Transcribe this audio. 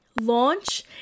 launch